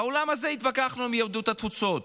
באולם הזה התווכחנו עם יהדות התפוצות